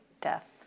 death